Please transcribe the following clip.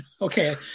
Okay